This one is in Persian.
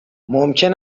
ممکن